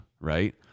right